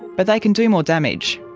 but they can do more damage.